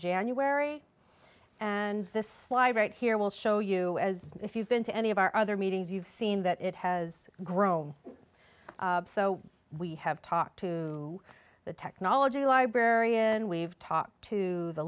january and this slide right here will show you as if you've been to any of our other meetings you've seen that it has grown so we have talked to the technology library and we've talked to the